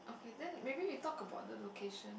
okay then maybe we talk about the location